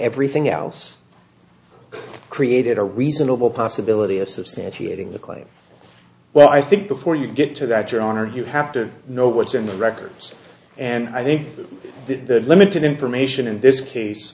everything else created a reasonable possibility of substantiating the claim well i think before you get to that your honor you have to know what's in the records and i think the limited information in this case